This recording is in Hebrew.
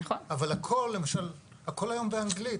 אבל הכול היום באנגלית.